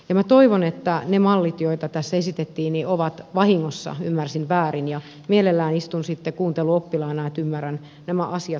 minä toivon että ne mallit joita tässä esitettiin vahingossa ymmärsin väärin ja mielelläni istun sitten kuunteluoppilaana että ymmärrän nämä asiat oikein